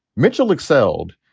mitchell excelled.